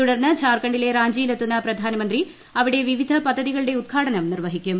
തുടർന്ന് ഝാർഖണ്ഡിലെ റാഞ്ചിയിലെത്തുന്ന പ്രധാനമന്ത്രി അവിടെ വിവിധ പദ്ധതികളുടെ ഉദ്ഘാടനം നിർവ്വഹിക്കും